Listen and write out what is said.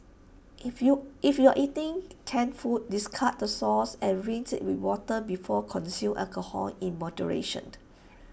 if you if you are eating canned food discard the sauce or rinse IT with water before consume alcohol in moderation